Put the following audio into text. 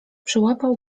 przyłapał